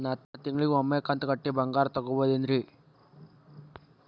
ನಾ ತಿಂಗಳಿಗ ಒಮ್ಮೆ ಕಂತ ಕಟ್ಟಿ ಬಂಗಾರ ತಗೋಬಹುದೇನ್ರಿ?